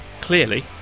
clearly